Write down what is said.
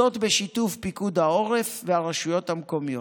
זאת בשיתוף פיקוד העורף והרשויות המקומיות.